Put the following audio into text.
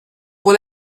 pour